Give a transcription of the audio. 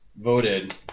Voted